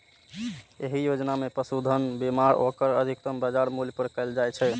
एहि योजना मे पशुधनक बीमा ओकर अधिकतम बाजार मूल्य पर कैल जाइ छै